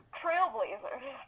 trailblazers